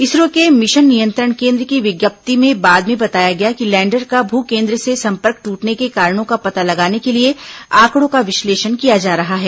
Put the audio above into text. इसरो के मिशन नियंत्रण केन्द्र की विज्ञप्ति में बाद में बताया गया कि लैंडर का भू केन्द्र से सम्पर्क ट्रटने के कारणों का पता लगाने के लिए आंकड़ों का विश्लेषण किया जा रहा है